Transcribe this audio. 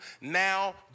now